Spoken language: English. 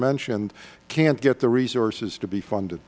mentioned can't get the resources to be funded